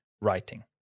writing